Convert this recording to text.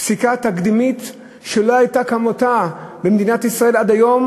פסיקה תקדימית שלא הייתה כמותה במדינת ישראל עד היום,